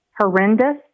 horrendous